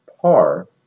par